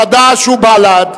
חד"ש ובל"ד,